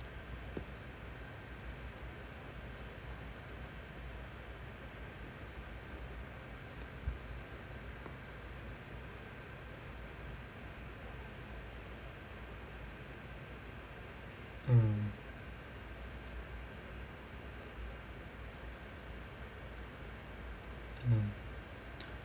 mm mm